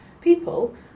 People